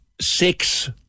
six